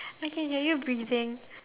I can hear you breathing